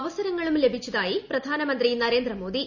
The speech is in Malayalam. അവസരങ്ങളും ലഭിച്ചതായി പ്രധാനമന്ത്രി നരേന്ദ്രമോദി